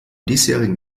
diesjährigen